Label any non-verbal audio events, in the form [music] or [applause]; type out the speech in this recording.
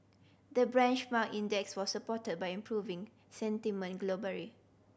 the branch mark index was supported by improving sentiment [unintelligible]